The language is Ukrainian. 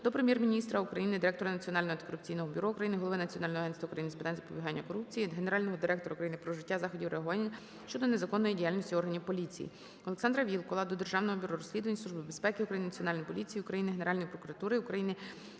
до Прем'єр-міністра України, директора Національного антикорупційного бюро України, голови Національного агентства України з питань запобігання корупції, Генерального прокурора України про вжиття заходів реагування щодо незаконної діяльності органів поліції. ОлександраВілкула до Державного бюро розслідувань, Служби безпеки України, Національної поліції України, Генеральної прокуратури України